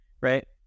right